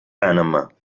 panama